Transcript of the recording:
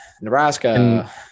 Nebraska